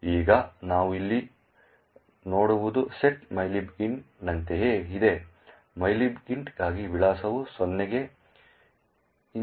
ಈಗ ನಾವು ಇಲ್ಲಿ ನೋಡುವುದು set mylib int ನಂತೆಯೇ ಇದೆ mylib int ಗಾಗಿ ವಿಳಾಸವು 0 ಗೆ ಹೊಂದಿಸಲಾಗಿದೆ